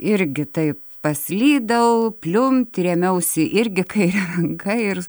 irgi tai paslydau pliumpt rėmiausi irgi kaire ranka irs